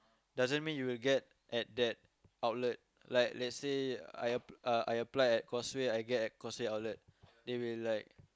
doesn't mean you will get at that outlet like let's say I apply at Causeway I get at Causeway outlet they will like